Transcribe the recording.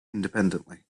independently